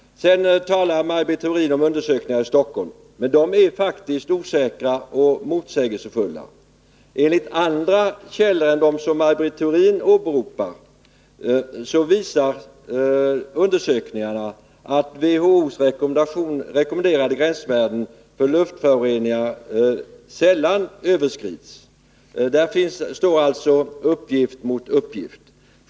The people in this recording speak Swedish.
Sedan talar Maj Britt Theorin om undersökningar i Stockholm, men de är faktiskt osäkra och motsägelsefulla. Enligt andra källor än de som Maj Britt Theorin åberopar visar undersökningarna att WHO:s rekommenderade gränsvärden för luftföroreningar sällan överskrids. Där står alltså uppgift mot uppgift.